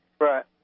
Right